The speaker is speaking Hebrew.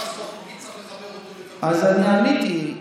אתם מטפלים?